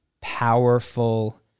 powerful